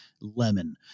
lemon